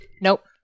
nope